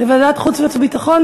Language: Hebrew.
לוועדת חוץ וביטחון?